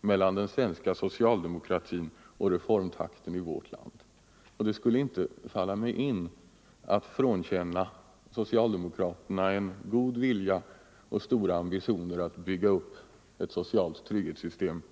mellan den svenska socialdemokratin och reformtakten i vårt land, och det skulle inte falla mig in att frånkänna socialdemokraterna god vilja och stora ambitioner att bygga upp ett socialt trygghetssystem.